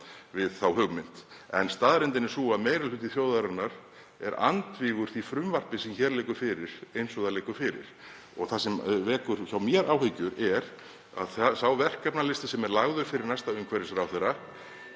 við þá hugmynd. En staðreyndin er sú að meiri hluti þjóðarinnar er andvígur því frumvarpi sem hér liggur fyrir eins og það liggur fyrir. Það sem vekur mér áhyggjur er sá verkefnalisti sem er lagður fyrir næsta umhverfisráðherra.